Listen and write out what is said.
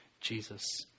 Jesus